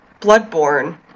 Bloodborne